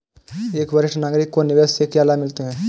एक वरिष्ठ नागरिक को निवेश से क्या लाभ मिलते हैं?